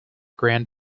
grand